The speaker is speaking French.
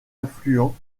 affluent